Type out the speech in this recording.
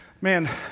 Man